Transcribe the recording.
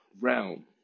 realm